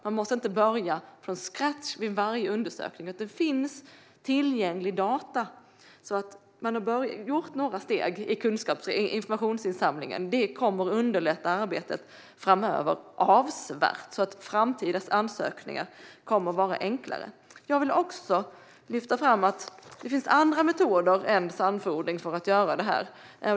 De behöver inte börja från scratch vid varje undersökning, utan det finns tillgänglig data. Man har gjort några steg i kunskaps och informationsinsamlingen, och det kommer att underlätta arbetet framöver avsevärt. Framtidens ansökningar kommer därför att vara enklare. Jag vill också lyfta fram att det finns andra metoder än sandfodring för att göra detta.